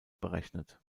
berechnet